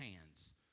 hands